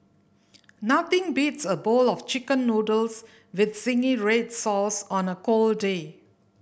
nothing beats a bowl of Chicken Noodles with zingy red sauce on a cold day